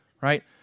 right